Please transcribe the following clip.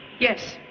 yes.